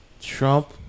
Trump